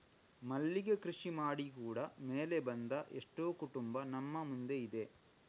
ಮಲ್ಲಿಗೆ ಕೃಷಿ ಮಾಡಿ ಕೂಡಾ ಮೇಲೆ ಬಂದ ಎಷ್ಟೋ ಕುಟುಂಬ ನಮ್ಮ ಮುಂದೆ ಇದೆ